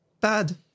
bad